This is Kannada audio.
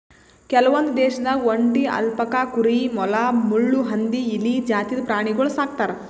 ಕೆಲವೊಂದ್ ದೇಶದಾಗ್ ಒಂಟಿ, ಅಲ್ಪಕಾ ಕುರಿ, ಮೊಲ, ಮುಳ್ಳುಹಂದಿ, ಇಲಿ ಜಾತಿದ್ ಪ್ರಾಣಿಗೊಳ್ ಸಾಕ್ತರ್